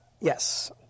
Yes